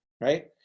Right